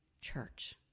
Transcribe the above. church